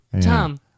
Tom